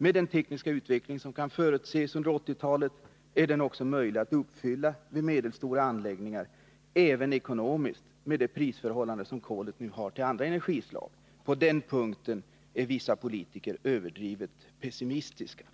Med den tekniska utveckling som kan förutses under 1980-talet är den vid medelstora anläggningar också möjlig att uppfylla, även ekonomiskt, på grund av det prisförhållande som kolet nu har till andra energislag. På den punkten är vissa politiker överdrivet pessimistiska.